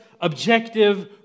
objective